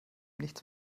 nichts